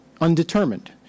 undetermined